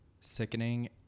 sickening